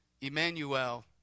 Emmanuel